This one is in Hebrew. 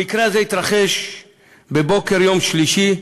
המקרה הזה התרחש בבוקר יום שלישי,